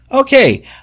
Okay